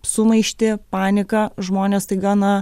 sumaištį paniką žmonės tai gana